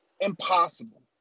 Impossible